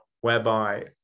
whereby